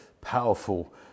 powerful